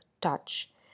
touch